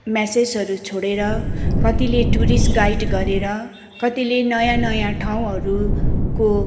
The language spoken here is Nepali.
मेसेजहरू छोडेर कतिले टुरिस्ट गाइड गरेर कतिले नयाँ नयाँ ठाउँहरूको